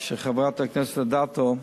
של חברת הכנסת אדטו,